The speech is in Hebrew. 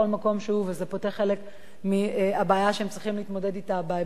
וזה פותר חלק מהבעיה שהם צריכים להתמודד אתה בהיבט של הדיור.